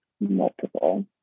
multiple